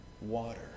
water